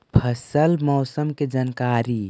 फसल मौसम के जानकारी?